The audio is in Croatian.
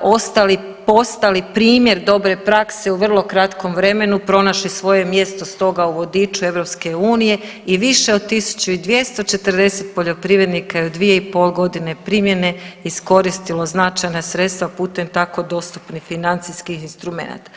ostali postali primjer dobre prakse u vrlo kratkom vremenu, pronašli svoje mjesto stoga u vodiču EU i više od 1240 poljoprivrednika je u dvije i pol godine primjene iskoristilo značajna sredstva putem tako dostupnih financijskih instrumenata.